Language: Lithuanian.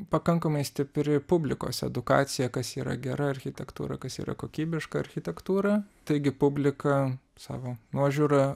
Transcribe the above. pakankamai stipri publikos edukacija kas yra gera architektūra kas yra kokybiška architektūra taigi publika savo nuožiūra